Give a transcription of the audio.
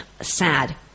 sad